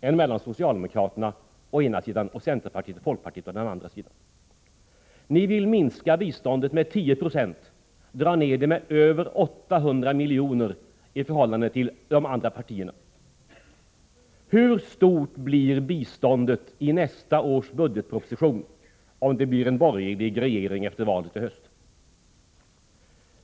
skillnaden mellan det socialdemokratiska partiet å ena sidan och centerpartiet och folkpartiet å den andra sidan. Ni moderater vill minska biståndet med 10 96, dra ner det med över 800 miljoner i förhållande till de andra partierna. Den första frågan är: Hur stort blir biståndet i nästa års budgetproposition, om vi får en borgerlig regering efter valet i höst?